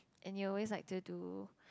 and you always like to do